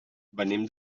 venim